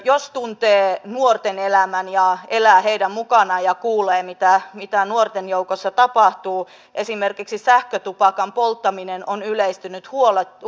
jos tuntee nuorten elämän ja elää heidän mukanaan ja kuulee mitä nuorten joukossa tapahtuu niin esimerkiksi sähkötupakan polttaminen on yleistynyt huolestuttavalla tavalla